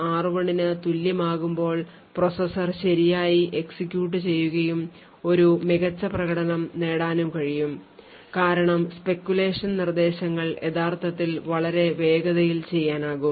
r0 r1 ന് തുല്യമാകുമ്പോൾ processor ശരിയായി എക്സിക്യൂട്ട് ചെയ്യുകയും ഒരു മികച്ച പ്രകടനം നേടാനും കഴിയും കാരണം speculation നിർദ്ദേശങ്ങൾ യഥാർത്ഥത്തിൽ വളരെ വേഗതയിൽ ചെയ്യാനാകും